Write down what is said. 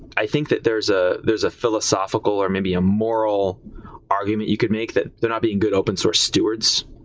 i think that there's ah there's a philosophical or maybe a moral argument you could make that they're not being good open source stewards.